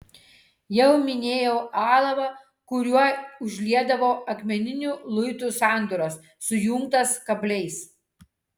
jau minėjau alavą kuriuo užliedavo akmeninių luitų sandūras sujungtas kabliais